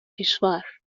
کشور